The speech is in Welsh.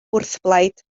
wrthblaid